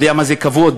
יודע מה זה כבוד,